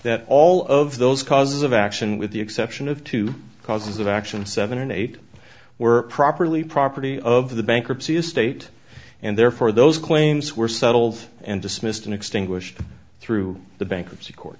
that all of those causes of action with the exception of two causes of action seven and eight were properly property of the bankruptcy estate and therefore those claims were settled and dismissed in extinguished through the bankruptcy court